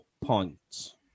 points